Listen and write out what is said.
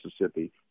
Mississippi